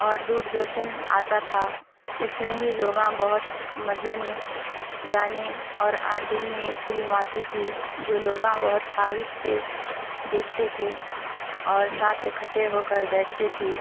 اور دوردرشن آتا تھا اس میں ہی لوگوں بہت مزے میں گانے اور آٹھ دن میں ایک فلم آتی تھی جو جولوگاں بہت خواہش سے دیکھتے تھے اور ساتھ اکٹھے ہوکر بیٹھتے تھے